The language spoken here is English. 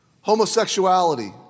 homosexuality